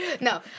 No